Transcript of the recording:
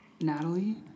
natalie